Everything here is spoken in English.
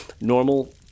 normal